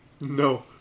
No